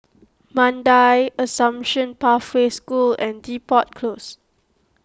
Mandai Assumption Pathway School and Depot Close